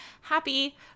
Happy